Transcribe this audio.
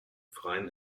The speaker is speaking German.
freien